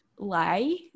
lie